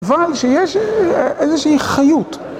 אבל שיש איזושהי חיות.